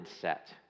set